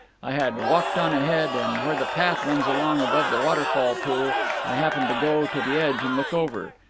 i had walked on ahead, and where the path runs along above the waterfall pool i happened to go to the edge and look over.